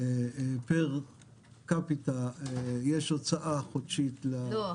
פר קפיטה יש הוצאה חודשית לנושא.